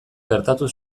gertatu